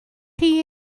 chi